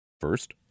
First